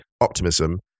optimism